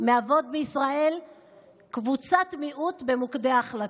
בישראל קבוצת מיעוט במוקדי ההחלטות?